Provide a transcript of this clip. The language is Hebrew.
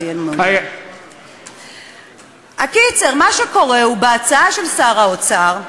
זה יהיה, הקיצור, מה שקורה בהצעה של שר האוצר,